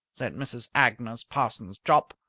said mrs. agnes parsons jopp,